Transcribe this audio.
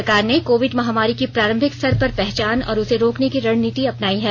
सरकार ने कोविड महामारी की प्रारंभिक स्तर पर पहचान और उसे रोकने की रणनीति अपनाई है